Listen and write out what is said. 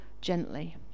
gently